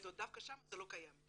דווקא שם זה לא קיים.